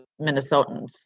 Minnesotans